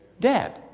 dead.